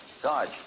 Sarge